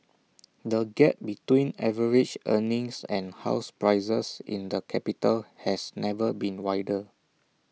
the gap between average earnings and house prices in the capital has never been wider